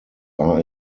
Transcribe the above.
are